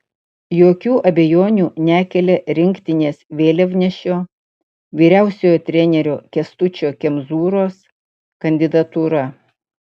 jokių abejonių nekelia rinktinės vėliavnešio vyriausiojo trenerio kęstučio kemzūros kandidatūra